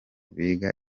biga